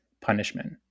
punishment